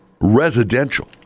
residential